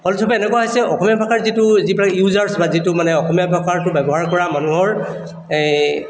ফলস্বৰূপে এনেকুৱা হৈছে অসমীয়া ভাষাৰ যিটো যিবিলাক ইউজাৰচ বা যিটো মানে অসমীয়া ভাষাৰটো ব্যৱহাৰ কৰা মানুহৰ এই